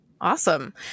Awesome